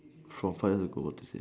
from five years ago what do you say